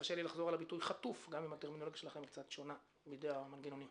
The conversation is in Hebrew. תרשה לי לחזור על המילה "חטוף" בידי המנגנונים,